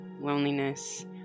loneliness